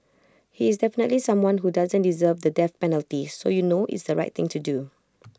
he is definitely someone who doesn't deserve the death penalty so you know it's the right thing to do